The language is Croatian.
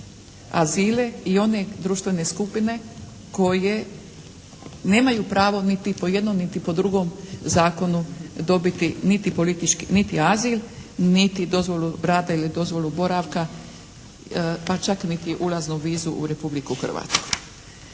azile i one društvene skupine koje nemaju pravo niti po jednom niti po drugom zakonu dobiti niti politički, niti azil niti dozvolu rada ili dozvolu boravka pa čak niti ulaznu vizu u Republiku Hrvatsku.